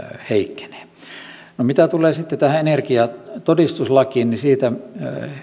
heikkenee mitä tulee sitten tähän energiatodistuslakiin niin siitä